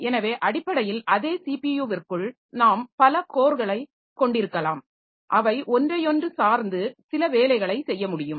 எனவே அடிப்படையில் அதே ஸிபியுவிற்க்குள் நாம் பல கோர்களைக் கொண்டிருக்கலாம் அவை ஒன்றையாென்று சார்ந்து சில வேலைகளைச் செய்ய முடியும்